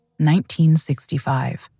1965